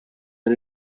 dan